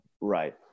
right